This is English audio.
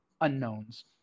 unknowns